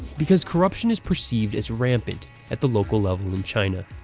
because corruption is perceived as rampant at the local level in china,